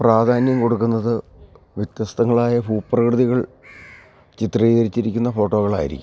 പ്രാധാന്യം കൊടുക്കുന്നത് വ്യത്യസ്ഥങ്ങളായ ഭൂ പ്രകൃതികൾ ചിത്രീകരിച്ചിരിക്കുന്ന ഫോട്ടോകളായിരിക്കും